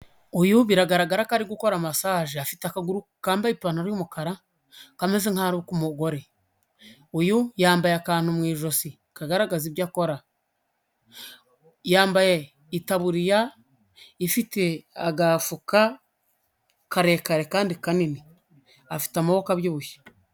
Uyu biragaragara ko ari gukora masaje, afite akaguru kambaye ipantaro y'umukara kameze nk'aho ari ak'umugore, uyu yambaye akantu mu ijosi kkagaragaza ibyo akora, yambaye itaburiya ifite agafuka karekare kandi kanini, afite amaboko abyibushye.